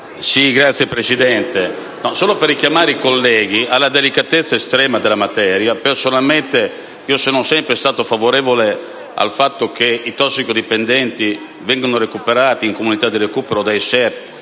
Signora Presidente, intervengo per richiamare i colleghi alla delicatezza estrema della materia. Personalmente sono sempre stato favorevole al fatto che i tossicodipendenti vengano recuperati nelle comunità di recupero, dai SERT,